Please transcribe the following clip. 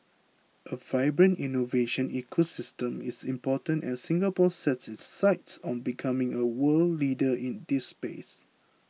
a vibrant innovation ecosystem is important as Singapore sets its sights on becoming a world leader in this space